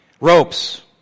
ropes